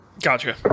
Gotcha